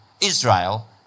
Israel